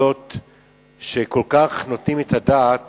תעמולות שכל כך נותנות את הדעת